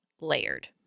layered